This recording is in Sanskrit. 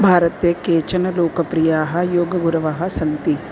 भारते केचन लोकप्रियाः योगगुरवः सन्ति